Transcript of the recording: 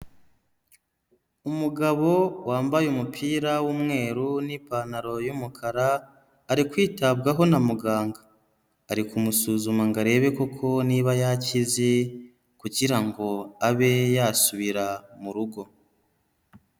Umugabo wambaye umupira w'umweru n'ipantaro y'umukara ari kwitabwaho na muganga, ari kumusuzuma ngo arebe koko niba yakize, kugira ngo abe yasubira mu rugo.